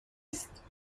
است